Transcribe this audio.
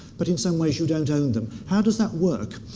but in some ways you don't own them. how does that work?